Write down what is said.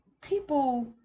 people